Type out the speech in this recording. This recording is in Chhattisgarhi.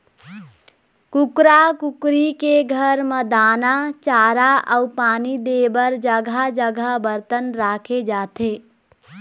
कुकरा कुकरी के घर म दाना, चारा अउ पानी दे बर जघा जघा बरतन राखे जाथे